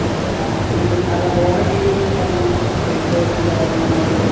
photo ആ പിന്നെ അല്ല വേറെ ഡീറ്റെയിൽസും കാര്യങ്ങളും പേപ്പേഴ്സ് കാര്യങ്ങൾ അങ്ങനെ വല്ലതും